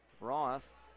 Roth